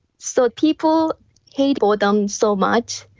so people hate boredom so much,